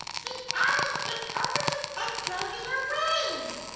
see abby is opening and closing her wings.